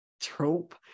trope